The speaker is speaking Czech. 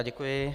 Děkuji.